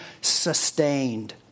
sustained